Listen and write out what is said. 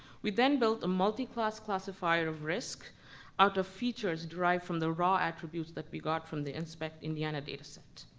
we then built a multi-class classifier of risk out of features derived from the raw attributes that we got from the inspect indiana data set.